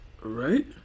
Right